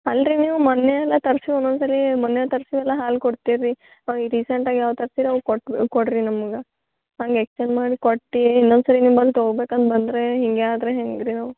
ಅಲ್ರಿ ನೀವು ಮೊನ್ನೆ ಎಲ್ಲ ತರಿಸಿ ಒಂದೊಂದ್ ಸರಿ ಮೊನ್ನೆ ತರಿಸಿ ಎಲ್ಲ ಹಾಲು ಕೊಡ್ತೀರ ರೀ ಹಾಂ ರೀಸೆಂಟಾಗಿ ಯಾವು ತರಿಸಿ ಅವು ಕೊಟ್ಟು ಕೊಡಿರಿ ನಮ್ಗೆ ಹಂಗೆ ಎಕ್ಸ್ಚೇಂಜ್ ಮಾಡಿ ಕೊಟ್ಟು ಇನ್ನೊಂದ್ಸರಿ ನಿಮ್ಮಲ್ಲಿ ತಗೊಳ್ಬೇಕಂತ ಬಂದರೆ ಹೀಗೆ ಆದರೆ ಹೆಂಗೆ ರೀ ನಾವು